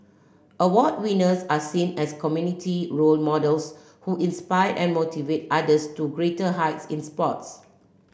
award winners are seen as community role models who inspire and motivate others to greater heights in sports